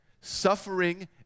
Suffering